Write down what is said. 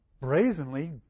brazenly